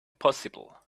possible